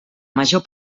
major